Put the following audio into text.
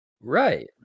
right